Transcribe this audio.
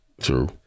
true